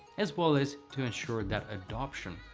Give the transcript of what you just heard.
as well as to ensure that adoption.